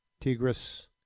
Tigris